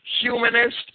humanist